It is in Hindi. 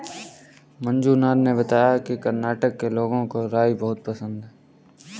मंजुनाथ ने बताया कि कर्नाटक के लोगों को राई बहुत पसंद है